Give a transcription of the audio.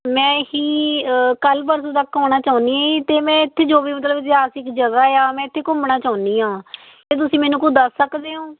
ਮੈਂ ਹੀ ਕੱਲ੍ਹ ਪਰਸੋਂ ਤੱਕ ਆਉਣਾ ਚਾਹੁੰਦੀ ਹਾਂ ਜੀ ਅਤੇ ਮੈਂ ਇੱਥੇ ਜੋ ਵੀ ਮਤਲਬ ਇਤਿਹਾਸਿਕ ਜਗ੍ਹਾ ਆ ਮੈਂ ਇੱਥੇ ਘੁੰਮਣਾ ਚਾਹੁੰਦੀ ਹਾਂ ਅਤੇ ਤੁਸੀਂ ਮੈਨੂੰ ਕੁਝ ਦੱਸ ਸਕਦੇ ਓਂ